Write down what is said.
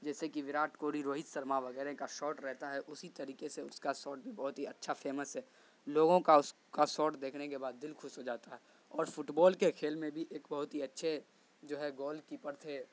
جیسے کہ وراٹ کوہلی روہت شرما وغیرہ کا شاٹ رہتا ہے اسی طریقے سے اس کا ساٹ بھی بہت ہی اچھا فیمس ہے لوگوں کا اس کا سوٹ دیکھنے کے بعد دل خوش ہو جاتا ہے اور فٹ بال کے کھیل میں بھی ایک بہت ہی اچھے جو ہے گول کیپر تھے